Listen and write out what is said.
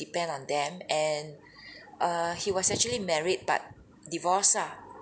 depend on them and err he was actually married but divorced ah